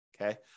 Okay